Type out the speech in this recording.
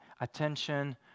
attention